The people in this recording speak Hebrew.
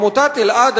עמותת אלע"ד,